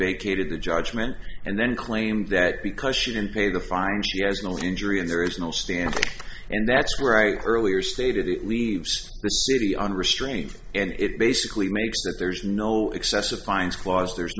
vacated the judgment and then claimed that because she didn't pay the fine she has no injury and there is no stamp and that's where i earlier stated that leaves the city unrestrained and it basically makes that there's no excessive fines clause there's